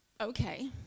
okay